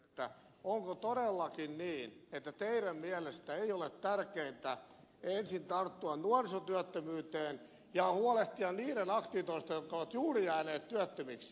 arhinmäeltä kysyisin onko todellakin niin että teidän mielestänne ei ole tärkeintä ensin tarttua nuorisotyöttömyyteen ja huolehtia niiden aktiivitoimista jotka ovat juuri jääneet työttömiksi